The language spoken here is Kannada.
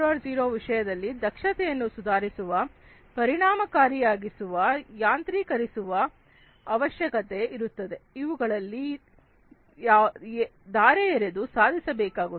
0 ವಿಷಯದಲ್ಲಿ ದಕ್ಷತೆಯನ್ನು ಸುಧಾರಿಸುವ ಪರಿಣಾಮಕಾರಿಯಾಗಿಸುವ ಯಾಂತ್ರಿಕರಿಸುವ ಅವಶ್ಯಕತೆ ಇರುತ್ತದೆ ಇವುಗಳನ್ನು ದಾರೆ ಎರೆದು ಸಾಧಿಸಬೇಕಾಗುತ್ತದೆ